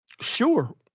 Sure